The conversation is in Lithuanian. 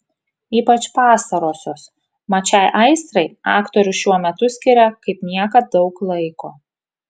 ypač pastarosios mat šiai aistrai aktorius šiuo metu skiria kaip niekad daug laiko